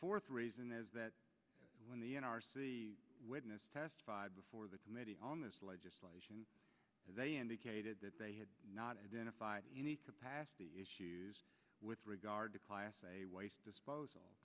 fourth reason is that when the witness testified before the committee on this legislation they indicated that they had not identified any capacity with regard to class a waste disposal